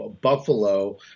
Buffalo